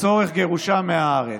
לצורך גירושה מהארץ.